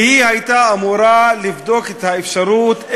והיא הייתה אמורה לבדוק את האפשרות,